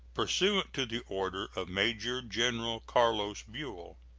pursuant to the order of major-general carlos buell.